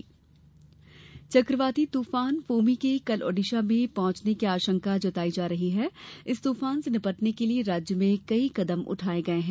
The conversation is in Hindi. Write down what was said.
पीएम निर्देश चक्रवाती तूफान फोनी के कल ओड़िशा में पहुंचने की अशंका जताई जा रही है इस तूफान से निपटने के लिये राज्य में कई कदम उठाये गये है